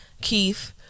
Keith